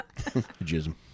Jism